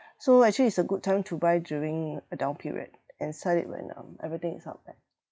so actually it's a good time to buy during a down period and sell it when um everything is up back